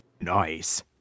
nice